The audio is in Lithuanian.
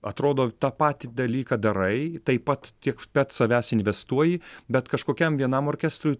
atrodo tą patį dalyką darai taip pat tiek pat savęs investuoji bet kažkokiam vienam orkestrui